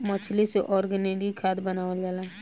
मछली से ऑर्गनिक खाद्य बनावल जाला